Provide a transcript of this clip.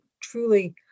truly